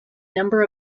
number